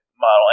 model